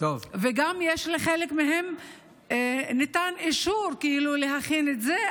וגם לחלק מהם ניתן אישור להכין את זה,